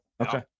Okay